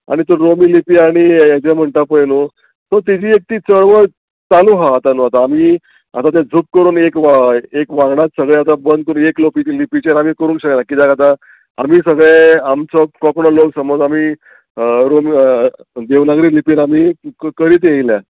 आनी तूं रोमी लिपी आनी हेजें म्हणटा पय न्हू सो तेजी एक ती चळवळ चालू आहा आतां न्हू आतां आमी आतां तें झूप करून एक वांगडात सगळें आतां बंद करून एक रोमी लिपीचेर आमी करूंक शकना कित्याक आतां आमी सगळें आमचो कोंकणो लोक समज आमी रोमी देवनागरी लिपीन आमी करीत येयल्या